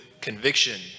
conviction